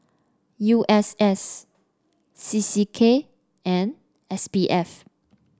U S S C C K and S P F